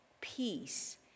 peace